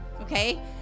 okay